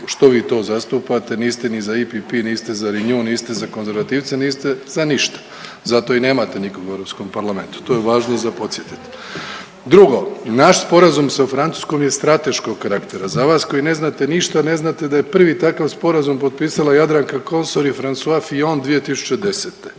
što vi to zastupate, niste ni za IPP, niste za Renew, niste ni za konzervativce, niste za ništa, zato i nemate nikoga u Europskom parlamentu, to je važno za podsjetiti. Drugo, naš sporazum sa Francuskom je strateškog karaktera, za vas koji ne znate ništa ne znate da je prvi takav sporazum potpisala Jadranka Kosor i Francois Fillon 2010.,